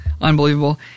unbelievable